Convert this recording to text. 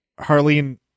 harleen